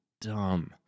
dumb